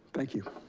thank you.